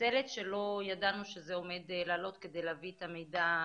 מתנצלת שלא ידענו שזה עומד לעלות כדי להביא את המידע לפורום,